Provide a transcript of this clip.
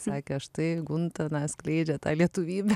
sakė štai gunta na skleidė tą lietuvybę